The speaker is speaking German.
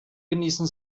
genießen